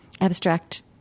abstract